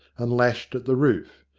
and lashed at the roof.